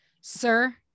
Sir